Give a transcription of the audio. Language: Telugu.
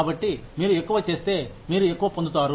కాబట్టి మీరు ఎక్కువ చేస్తే మీరు ఎక్కువ పొందుతారు